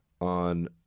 on